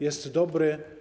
Jest dobry.